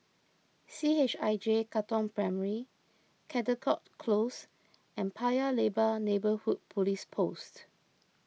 C H I J Katong Primary Caldecott Close and Paya Lebar Neighbourhood Police Post